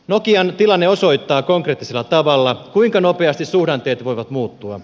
nokian tilanne osoittaa konkreettisella tavalla kuinka nopeasti suhdanteet voivat muuttua